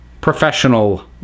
professional